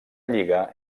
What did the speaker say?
lliga